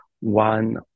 one